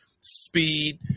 speed